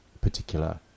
particular